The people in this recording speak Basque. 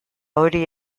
hori